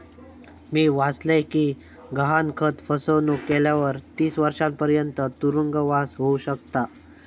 मी वाचलय कि गहाणखत फसवणुक केल्यावर तीस वर्षांपर्यंत तुरुंगवास होउ शकता